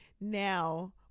Now